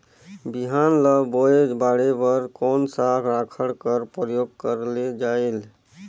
बिहान ल बोये बाढे बर कोन सा राखड कर प्रयोग करले जायेल?